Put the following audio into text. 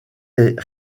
est